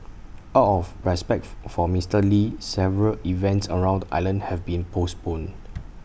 out of respect for Mister lee several events around the island have been postponed